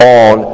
on